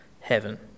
heaven